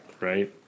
Right